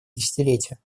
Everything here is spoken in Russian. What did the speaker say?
десятилетия